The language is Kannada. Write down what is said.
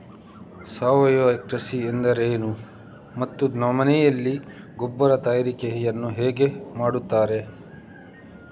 ಸಾವಯವ ಕೃಷಿ ಎಂದರೇನು ಮತ್ತು ಮನೆಯಲ್ಲಿ ಗೊಬ್ಬರ ತಯಾರಿಕೆ ಯನ್ನು ಹೇಗೆ ಮಾಡುತ್ತಾರೆ?